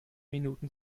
minuten